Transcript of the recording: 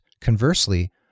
conversely